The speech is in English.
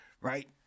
right